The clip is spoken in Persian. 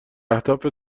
اهداف